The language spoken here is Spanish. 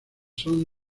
son